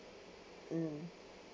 mm